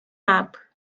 map